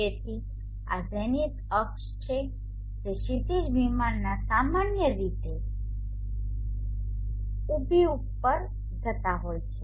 તેથી આ ઝેનિથ અક્ષ છે જે ક્ષિતિજ વિમાનમાં સામાન્ય રીતે ઉભી ઉપર જતા હોય છે